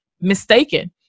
mistaken